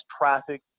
traffic